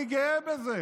אני גאה בזה,